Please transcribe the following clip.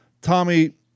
Tommy